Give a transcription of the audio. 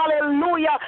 hallelujah